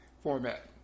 format